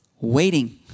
Waiting